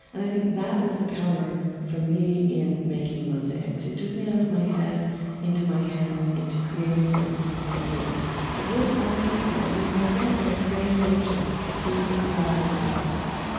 and i think that was the power for me in making the mosaics. it took me out of my head into my hands, into creating something real with other people. i mean, mosaic by its very nature is a collaborative process.